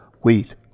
wheat